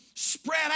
Spread